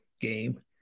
game